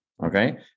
Okay